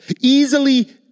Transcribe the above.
easily